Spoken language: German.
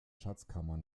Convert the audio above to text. schatzkammer